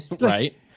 Right